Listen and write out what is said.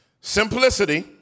Simplicity